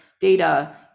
data